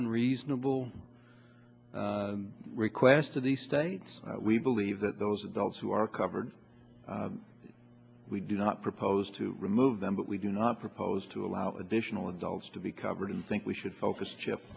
unreasonable request of the states we believe that those adults who are covered we do not propose to remove them but we do not propose to allow additional adults to be covered and think we should focus shi